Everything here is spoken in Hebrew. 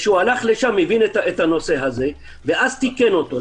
כשהוא הלך לשם הוא הבין את הנושא ואז תיקון אותו.